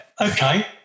okay